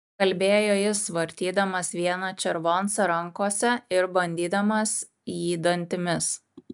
kalbėjo jis vartydamas vieną červoncą rankose ir bandydamas jį dantimis